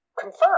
confirm